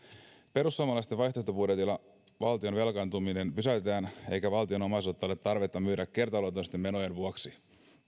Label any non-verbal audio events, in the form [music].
perussuomalaisten vaihtoehtobudjetilla valtion velkaantuminen pysäytetään eikä valtion omaisuutta ole tarvetta myydä kertaluontoisten menojen vuoksi [unintelligible]